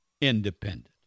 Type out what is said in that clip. independent